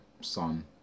son